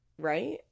right